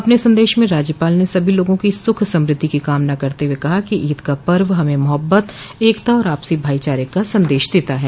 अपने सन्दश में राज्यपाल ने सभी लोगों की सुख समृद्धि की कामना करते हुए कहा है कि ईद का पर्व हमें मोहब्बत एकता और आपसी भाईचारे का संदेश देता है